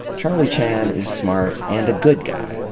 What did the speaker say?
charlie chan is smart and a good guy,